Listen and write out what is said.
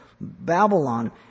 Babylon